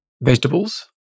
Vegetables